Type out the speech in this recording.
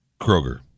Kroger